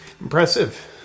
impressive